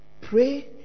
pray